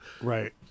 Right